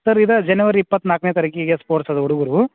sir ಇದೇ ಜನವರಿ ಇಪ್ಪತ್ತ ನಾಲ್ಕನೇ ತಾರೀಕಿಗೆ ಸ್ಪೋರ್ಟ್ಸ್ ಅದ ಹುಡುಗರು